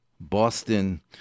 Boston